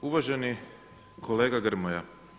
Uvaženi kolega Grmoja.